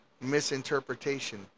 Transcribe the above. misinterpretation